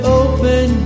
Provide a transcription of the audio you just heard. open